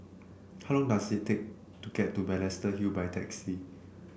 how long does it take to get to Balestier Hill by taxi